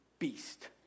beast